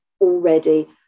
already